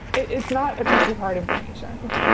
it's not a piece of hard information